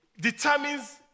determines